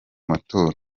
matora